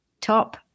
top